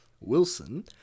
Wilson